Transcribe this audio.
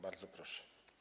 Bardzo proszę.